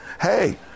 hey